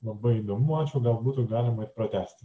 labai įdomu ačiū gal būtų galima ir pratęsti